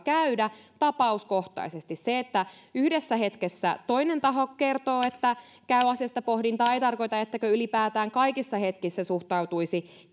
käydä keskustelua tapauskohtaisesti se että yhdessä hetkessä toinen taho kertoo että käy asiasta pohdintaa ei tarkoita että ylipäätään kaikissa hetkissä suhtautuisi